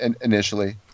initially